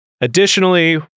Additionally